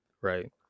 right